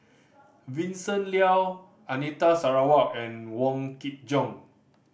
Vincent Leow Anita Sarawak and Wong Kin Jong